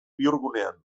bihurgunean